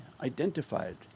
identified